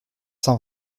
cent